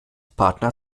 partner